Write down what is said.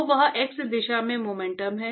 तो वह x दिशा में मोमेंटम है